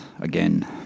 again